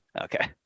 Okay